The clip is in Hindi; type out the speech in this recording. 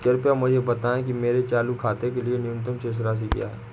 कृपया मुझे बताएं कि मेरे चालू खाते के लिए न्यूनतम शेष राशि क्या है?